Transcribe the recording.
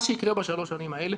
מה שיקרה בשלוש השנים האלה